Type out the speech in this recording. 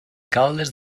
caldes